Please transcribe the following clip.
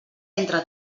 entre